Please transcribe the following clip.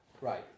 Right